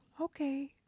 Okay